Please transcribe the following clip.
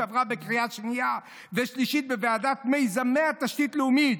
שעברה בקריאה שנייה ושלישית בוועדת מיזמי התשתית הלאומית,